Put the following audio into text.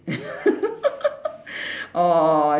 orh